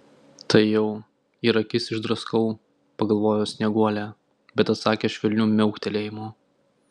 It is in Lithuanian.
tai jau ir akis išdraskau pagalvojo snieguolė bet atsakė švelniu miauktelėjimu